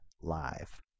live